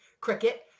Cricket